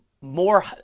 more